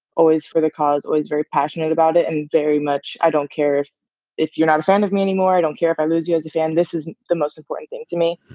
always for the cause, always very passionate about it, and very much i don't care if if you're not a fan of me anymore. i don't care if i lose you as a fan. this is the most important thing to me.